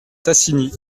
tassigny